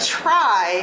try